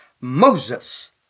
Moses